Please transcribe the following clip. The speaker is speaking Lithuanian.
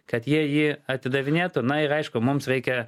kad jie jį atidavinėtų na ir aišku mums reikia